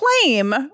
claim